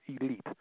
elite